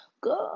good